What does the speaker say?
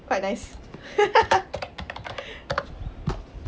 quite nice